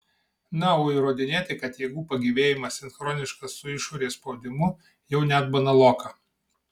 na o įrodinėti kad jėgų pagyvėjimas sinchroniškas su išorės spaudimu jau net banaloka